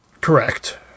Correct